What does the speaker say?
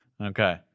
Okay